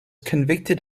convicted